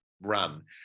run